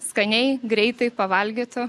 skaniai greitai pavalgytų